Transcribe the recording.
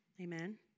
amen